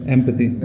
Empathy